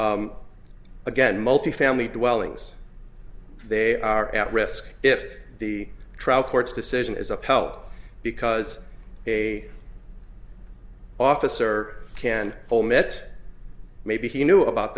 again multifamily dwellings they are at risk if the trial court's decision is appelle because a officer can omit maybe he knew about